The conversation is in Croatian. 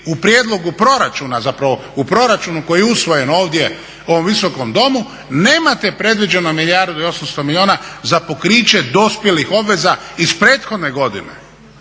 u prijedlogu proračuna, zapravo u proračunu koji je usvojen ovdje u ovom Visokom domu nemate predviđeno milijardu i 800 milijuna za pokriće dospjelih obveza iz prethodne godine,